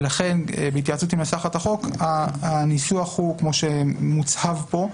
ולכן בהתייעצות עם מנסחת החוק הניסוח הוא כמו שמוצהב פה,